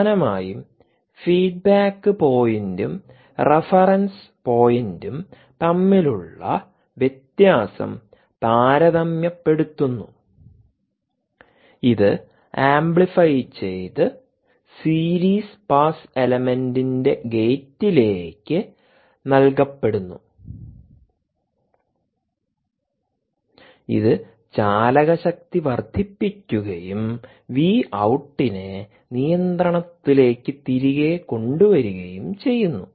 പ്രധാനമായും ഫീഡ്ബാക്ക് പോയിന്റും റഫറൻസ് പോയിന്റും തമ്മിലുള്ള വ്യത്യാസം താരതമ്യപ്പെടുത്തുന്നു ഇത് ആംപ്ലിഫൈ ചെയ്തു സീരീസ് പാസ് എലമെന്റിന്റെ ഗേറ്റിലേക്ക് നൽകപ്പെടുന്നു ഇത് ചാലകശക്തി വർദ്ധിപ്പിക്കുകയും വി ഔട്ടിനെ നിയന്ത്രണത്തിലേക്ക് തിരികെ കൊണ്ടുവരുകയും ചെയ്യുന്നു